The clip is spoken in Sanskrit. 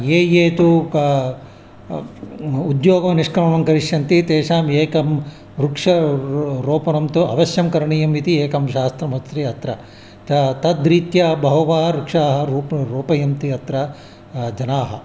ये ये तु उद्योगं निष्क्रमणं करिष्यन्ति तेषाम् एकं वृक्षं र् रोपणं तु अवश्यं करणीयम् इति एकं शास्त्रम् अत्रि अत्र त तद्रीत्या बहवः वृक्षाः रोपयन्ति अत्र जनाः